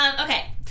Okay